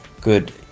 good